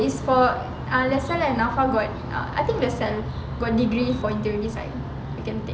it's for LASALLE and NAFA got I think LASALLE got degree for interior design I can take that